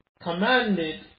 commanded